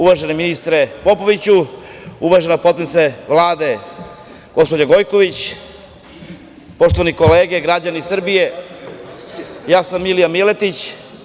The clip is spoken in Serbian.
Uvaženi ministre Popoviću, uvažena potpredsednice Vlade, gospođo Gojković, poštovane kolege i građani Srbije, ja sam Milija Miletić.